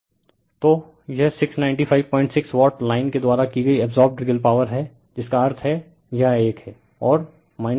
refer slide time 3051 तो यह 6956 watt line के द्वारा की गई अब्सोर्बड रियल पॉवर है जिसका अर्थ है यह एक हैं